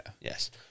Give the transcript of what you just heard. Yes